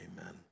Amen